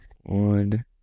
One